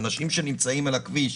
אנשים שנמצאים על הכביש